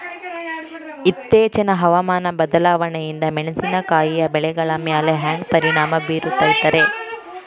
ಇತ್ತೇಚಿನ ಹವಾಮಾನ ಬದಲಾವಣೆಯಿಂದ ಮೆಣಸಿನಕಾಯಿಯ ಬೆಳೆಗಳ ಮ್ಯಾಲೆ ಹ್ಯಾಂಗ ಪರಿಣಾಮ ಬೇರುತ್ತೈತರೇ?